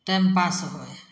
time pass होय